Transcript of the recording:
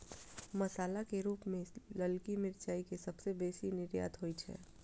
मसाला के रूप मे ललकी मिरचाइ के सबसं बेसी निर्यात होइ छै